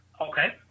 Okay